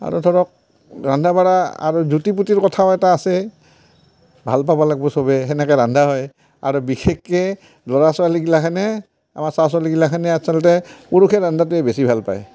আৰু ধৰক ৰন্ধা বঢ়া আৰু জুতি পুতিৰ কথাও এটাও আছে ভাল পাব লাগব চবেই সেনেকৈ ৰন্ধা হয় আৰু বিশেষকৈ ল'ৰা ছোৱালীগিলাখনে আমাৰ চা চলিগিলাখনে আচলতে পুৰুষে ৰন্ধাটোৱেই বেছি ভাল পায়